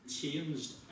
changed